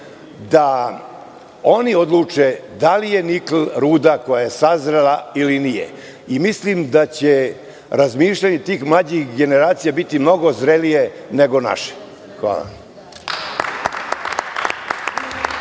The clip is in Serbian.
da oni odluče da li je nikl ruda koja je sazrela ili nije i mislim da će razmišljanje tih mlađih generacija biti mnogo zrelije nego naše. Hvala.